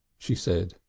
she said,